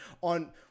on